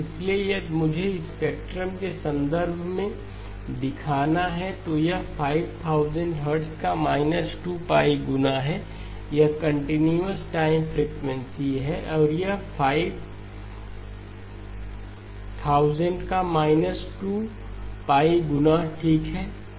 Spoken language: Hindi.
इसलिए यदि मुझे स्पेक्ट्रम के संदर्भ में दिखाना है तो यह 5000 का 2 गुनाहै यह कंटीन्यूअस टाइम फ्रीक्वेंसी है और यह 50000 का −2π गुना होगा ठीक है